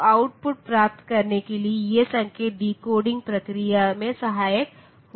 तो आउटपुट प्राप्त करने के लिए ये संकेत डिकोडिंग प्रक्रिया में सहायक होते हैं